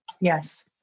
yes